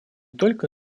только